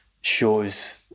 shows